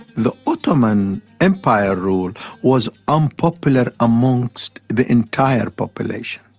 the ottoman empire rule was unpopular amongst the entire population.